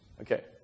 Okay